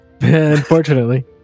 Unfortunately